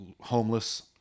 homeless